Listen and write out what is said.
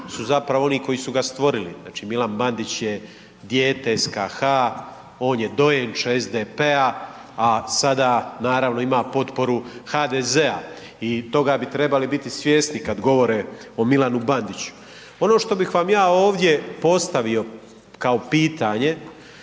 su zapravo oni koji su ga stvorili, znači Milan Bandić je dijete SKH, on je dojenče SDP-a, a sada naravno ima potporu HDZ-a i toga bi trebali biti svjesni kada govore o Milanu Bandiću. Ono što bih vam ja ovdje postavio kao pitanje,